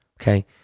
okay